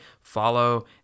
follow